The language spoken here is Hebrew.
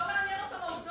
זה לא מעניין אותם, העובדות.